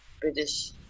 British